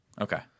Okay